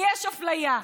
יש אפליה,